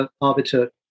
Arbiter